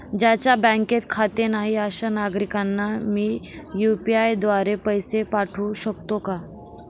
ज्यांचे बँकेत खाते नाही अशा नागरीकांना मी यू.पी.आय द्वारे पैसे पाठवू शकतो का?